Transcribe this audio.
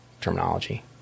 terminology